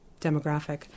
demographic